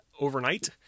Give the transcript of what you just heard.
overnight